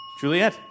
Juliet